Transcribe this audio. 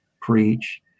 preach